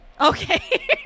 Okay